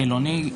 החילוני.